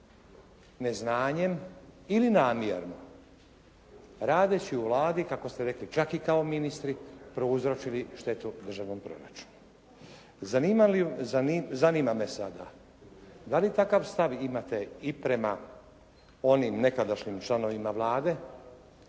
neznanjem ili namjerno radeći u Vladi, kako ste rekli, čak i kao ministri prouzročili štetu državnom proračunu. Zanima me sada da li takav stav imate i prema onim nekadašnjim članovima Vlade